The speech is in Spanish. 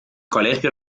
colegio